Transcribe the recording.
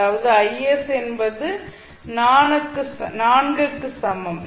அதாவது என்பது 4 க்கு சமம்